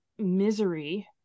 Misery